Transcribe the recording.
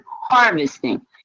harvesting